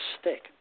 stick